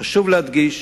חשוב להדגיש